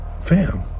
fam